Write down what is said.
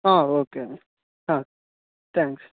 okay అండి thanks